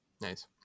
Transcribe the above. Nice